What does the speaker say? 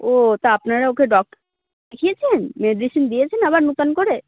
ও তা আপনারা ওকে ডক্টর দেখিয়েছেন মেডিসিন দিয়েছেন আবার নূতন করে